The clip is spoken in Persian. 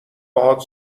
باهات